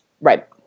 Right